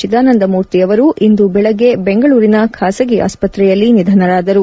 ಚಿದಾನಂದ ಮೂರ್ತಿಯವರು ಇಂದು ಬೆಳಗ್ಗೆ ಬೆಂಗಳೂರಿನ ಖಾಸಗಿ ಆಸ್ತೆಯಲ್ಲಿ ನಿಧನರಾದರು